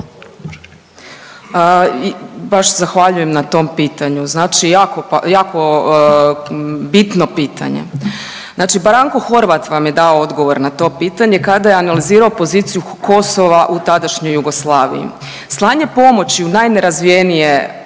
Baš se zahvaljujem na tom pitanju. Znači jako, jako bitno pitanje. Znači Branko Horvat vam je dao odgovor na to pitanje kada je analizirao poziciju Kosova u tadašnjoj Jugoslaviji. Slanje pomoći u najnerazvijenije